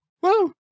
Woo